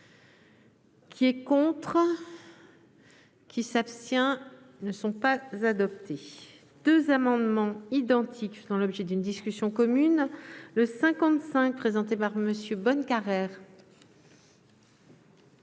Qui est contre. Qui s'abstient ne sont pas adopté 2 amendements identiques faisant l'objet d'une discussion commune le 55 présenté par Monsieur Bonnecarrere.